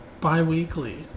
bi-weekly